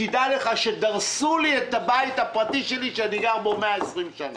תדע לך שדרסו לי את הבית הפרטי שלי שאני גר בו 120 שנים.